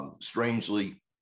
Strangely